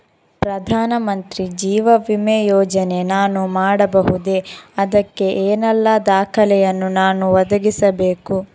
ಪ್ರಧಾನ ಮಂತ್ರಿ ಜೀವ ವಿಮೆ ಯೋಜನೆ ನಾನು ಮಾಡಬಹುದೇ, ಅದಕ್ಕೆ ಏನೆಲ್ಲ ದಾಖಲೆ ಯನ್ನು ನಾನು ಒದಗಿಸಬೇಕು?